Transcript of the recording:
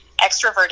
extroverted